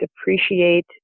appreciate